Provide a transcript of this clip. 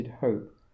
hope